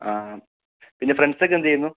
ആ പിന്നെ ഫ്രണ്ട്സ് ഒക്കെ എന്തു ചെയ്യുന്നു